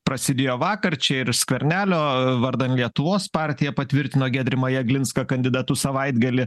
prasidėjo vakar čia ir skvernelio vardan lietuvos partija patvirtino giedrimą jeglinską kandidatu savaitgalį